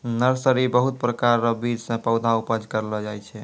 nursery बहुत प्रकार रो बीज से पौधा उपज करलो जाय छै